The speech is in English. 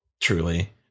Truly